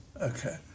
okay